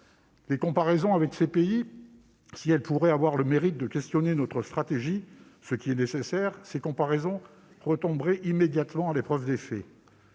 Les comparaisons avec ces pays, si elles pourraient avoir le mérite de questionner notre stratégie- ce qui est nécessaire -, retomberaient immédiatement à l'épreuve des faits.